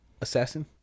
assassin